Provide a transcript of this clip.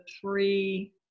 three